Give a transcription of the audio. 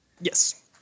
Yes